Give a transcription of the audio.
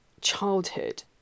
childhood